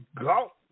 Go